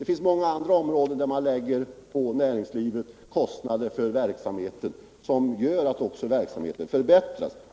Inom många andra områden lägger man ju på näringslivet kostnader för sådan verksamhet, och det gör också att resultatet förbättras.